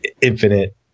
infinite